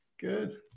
good